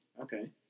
Okay